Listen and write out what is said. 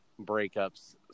breakups